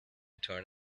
turn